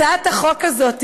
הצעת החוק הזאת,